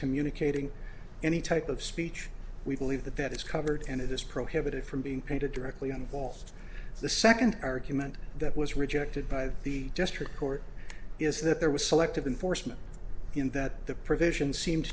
communicating any type of speech we believe that that is covered and it is prohibited from being painted directly involved the second argument that is rejected by the gesture court is that there was selective enforcement in that the provision seemed